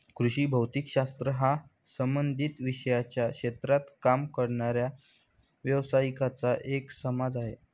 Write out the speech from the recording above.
कृषी भौतिक शास्त्र हा संबंधित विषयांच्या क्षेत्रात काम करणाऱ्या व्यावसायिकांचा एक समाज आहे